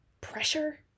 pressure